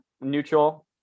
neutral